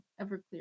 Everclear